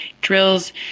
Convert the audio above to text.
drills